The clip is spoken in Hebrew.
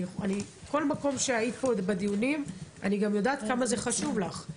אני גם יודעת כמה זה חשוב לך.